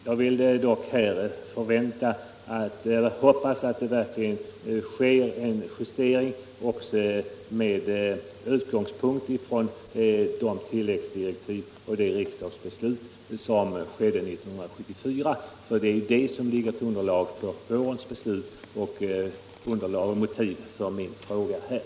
Jag vill dock hoppas att det verkligen sker en justering av kapitalbeskattningen med utgångspunkt i de tilläggsdirektiv och det riksdagsbeslut som togs 1974 — för det är dessa som ligger som underlag för vårens beslut och som utgör motiv för min fråga här.